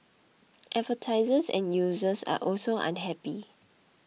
advertisers and users are also unhappy